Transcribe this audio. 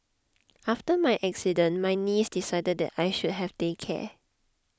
after my accident my niece decided that I should have day care